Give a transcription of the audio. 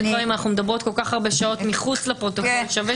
אנחנו מדברות כל כך הרבה שעות מחוץ לפרוטוקול שווה